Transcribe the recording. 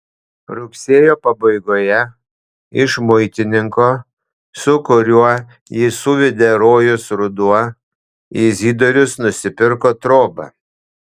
rugsėjo pabaigoje iš muitininko su kuriuo jį suvedė rojus ruduo izidorius nusipirko trobą